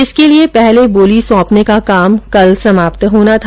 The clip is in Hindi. इसके लिए पहले बोली सौंपने का काम कल समाप्त होना था